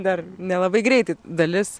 dar nelabai greitai dalis